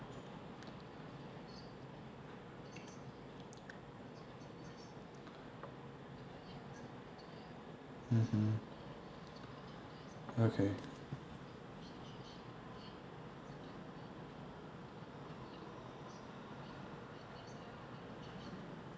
mmhmm okay